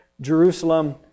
Jerusalem